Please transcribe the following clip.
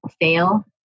fail